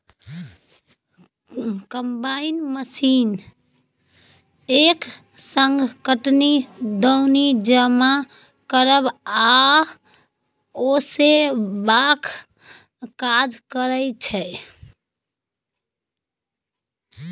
combine machine एक संग कटनी, दौनी, जमा करब आ ओसेबाक काज करय छै